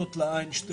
בולטות לעין שתי